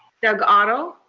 doug otto?